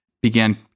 began